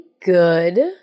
good